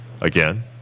again